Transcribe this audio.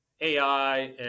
ai